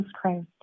Christ